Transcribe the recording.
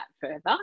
further